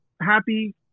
happy